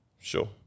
sure